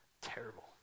Terrible